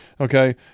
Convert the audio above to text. Okay